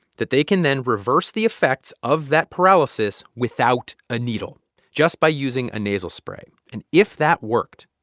that they can then reverse the effects of that paralysis without a needle just by using a nasal spray. and if that worked,